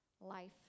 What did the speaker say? life